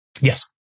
Yes